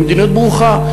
היא מדיניות ברוכה.